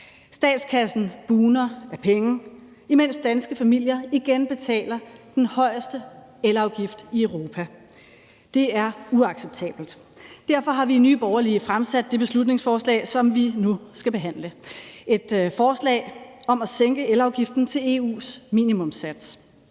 Statskassen bugner af penge, imens danske familier igen betaler den højeste elafgift i Europa. Det er uacceptabelt. Derfor har vi i Nye Borgerlige fremsat det beslutningsforslag, som vi nu skal behandle. Det er et forslag om at sænke elafgiften til EU's minimumssats.